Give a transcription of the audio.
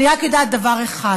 אני יודעת רק דבר אחד,